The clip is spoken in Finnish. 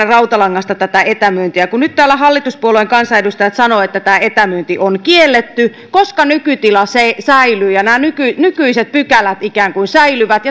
rautalangasta tätä etämyyntiä kun nyt täällä hallituspuolueen kansanedustajat sanovat että tämä etämyynti on kielletty koska nykytila säilyy ja nämä nykyiset nykyiset pykälät ikään kuin säilyvät